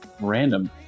random